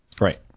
Right